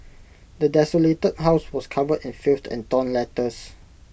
the desolated house was covered in filth and torn letters